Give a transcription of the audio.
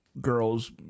girls